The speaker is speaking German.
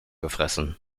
gefressen